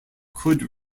could